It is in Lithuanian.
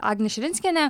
agnė širinskienė